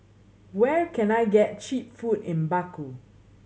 where can I get cheap food in Baku